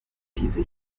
diese